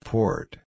Port